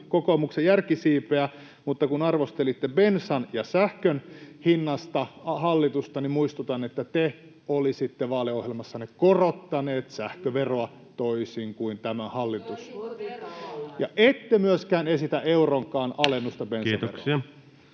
kokoomuksen järkisiipeä, mutta kun arvostelitte hallitusta bensan ja sähkön hinnasta, niin muistutan, että te olisitte vaaliohjelmassanne korottaneet sähköveroa, toisin kuin tämä hallitus. Ja ette myöskään esitä euronkaan